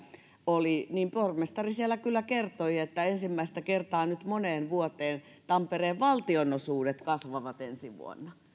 oli niin pormestari siellä kyllä kertoi että ensimmäistä kertaa nyt moneen vuoteen tampereen valtionosuudet kasvavat ensi vuonna